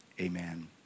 Amen